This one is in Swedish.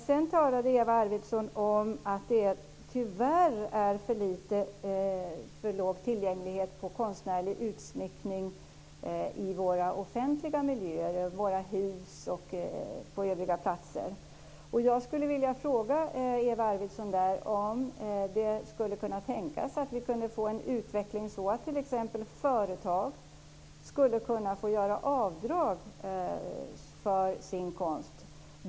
Sedan sade Eva Arvidsson att det tyvärr är för dålig tillgång på konstnärlig utsmyckning i våra offentliga miljöer, våra hus och på övriga platser. Jag vill fråga Eva Arvidsson om hon skulle kunna tänka sig en utveckling där företag fick göra avdrag för sina inköp av konst.